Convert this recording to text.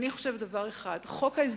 אני חושבת שעולה דבר אחד: חוק ההסדרים